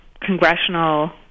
congressional